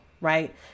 right